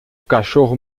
cachorro